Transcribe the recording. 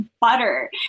butter